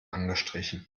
angestrichen